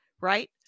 right